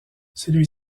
celui